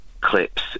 clips